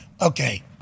Okay